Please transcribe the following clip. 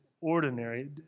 ordinary